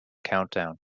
countdown